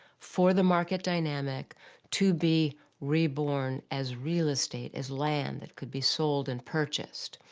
for the market dynamic to be reborn as real estate, as land that could be sold and purchased.